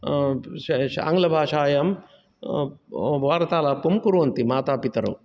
आङ्गलभाषायां वार्तालापं कुर्वन्ति मातापितरौ